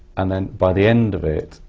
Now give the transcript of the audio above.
and then by the end of it,